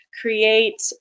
create